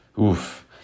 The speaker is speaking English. Oof